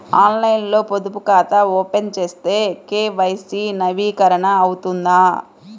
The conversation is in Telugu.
ఆన్లైన్లో పొదుపు ఖాతా ఓపెన్ చేస్తే కే.వై.సి నవీకరణ అవుతుందా?